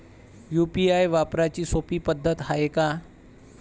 UPI वापराची सोपी पद्धत हाय का?